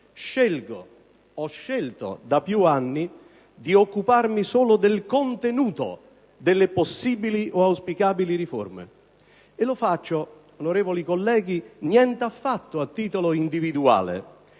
Scelgo - ho scelto da più anni - di occuparmi solo del contenuto delle possibili o auspicabili riforme. Lo faccio nient'affatto a titolo individuale,